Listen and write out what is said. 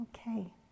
Okay